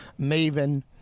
maven